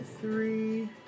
Three